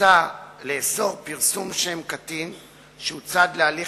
מוצע לאסור פרסום שם קטין שהוא צד להליך